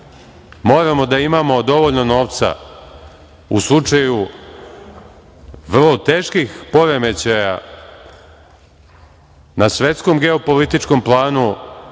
moramo da imamo dovoljno novca u slučaju vrlo teških poremećaja na svetskom geopolitičkom planu,